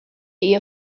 ihr